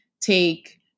take